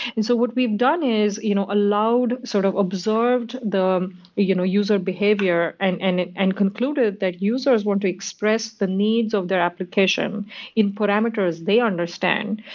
and so what we've we've done is you know allowed, sort of absorbed the you know user behavior and and and concluded that users want to express the needs of their application in parameters they understand.